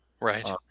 Right